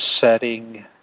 setting